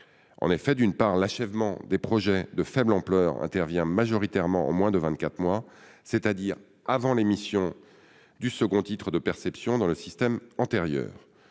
En effet, l'achèvement des projets de faible ampleur intervient majoritairement en moins de vingt-quatre mois, c'est-à-dire avant l'émission du second titre de perception dans le système antérieur.